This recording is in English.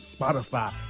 Spotify